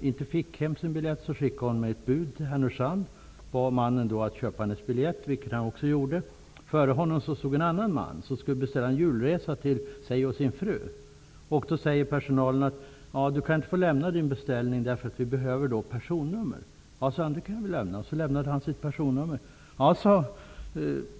inte kunde få sin biljett hemskickad, sände hon ett bud till Härnösand och bad honom att köpa hennes biljett, vilket han också gjorde. Före honom i kön stod en man som skulle beställa en julresa till sig och sin fru. Då sade personalen att han inte kunde få lämna sin beställning utan personnummer. Han lämnade sitt personnummer.